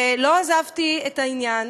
ולא עזבתי את העניין,